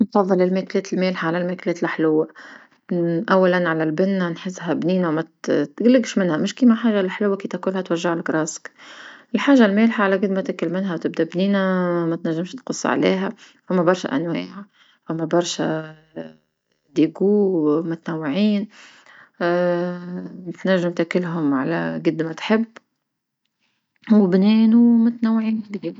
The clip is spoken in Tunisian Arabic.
نفضل المكلات المالحة على الماكلات لحلوى، أولا على بنة نحسها بنينة ما ت- ما تقلقش منها مش كما الحاجة حلوى كي تكلها توجعلك راسك، لحاجة المالحة على قد ما تاكل منها تبدا بنينة ما تنجمش تقص عليها ثما برشة أنواع ثما برشا أذواق متنوعين تنجم تاكلهم على قد ما تحب وبنان أو متنوعين بلكدا.